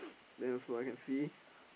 then also I can see